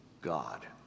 God